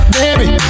Baby